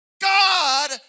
God